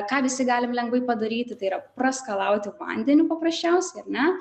ką visi galim lengvai padaryti tai yra praskalauti vandeniu paprasčiausiai ar ne